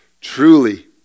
truly